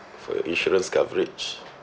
for your insurance coverage